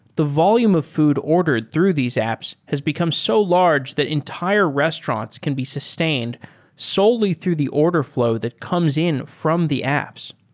the volume of food ordered through these apps has become so large that entire restaurants can be sustained solely through the order fl ow that comes in from the apps.